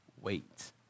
wait